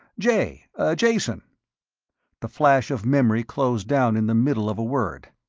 jay jason the flash of memory closed down in the middle of a word.